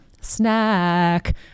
snack